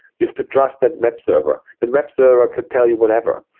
you have to trust that web server. the web server could tell you whatever.